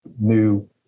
new